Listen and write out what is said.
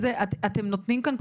אתם נותנים פה?